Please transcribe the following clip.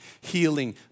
healing